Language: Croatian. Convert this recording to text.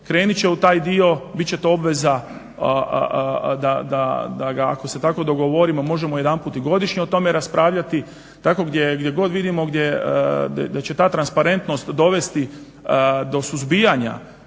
krenut će u taj dio, bit će to obveza da ga ako se tako dogovorimo možemo jedanput i godišnje o tome raspravljati, tako gdje god vidimo da će ta transparentnost dovesti do suzbijanja